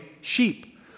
sheep